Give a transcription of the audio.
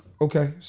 Okay